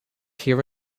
here